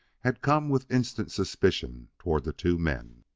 had come with instant suspicion toward the two men.